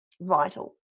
vital